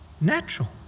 natural